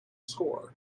score